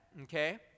Okay